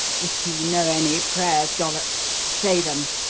if you know any prayers, dollops, say them.